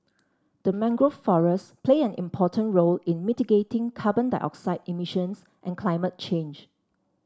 the mangrove forests play an important role in mitigating carbon dioxide emissions and climate change